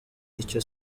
icyo